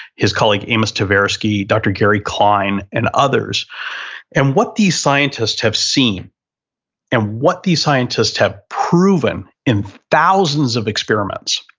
his colleague, amos tversky, dr. gary klein and others and what these scientists have seen and what these scientists have proven in thousands of experiments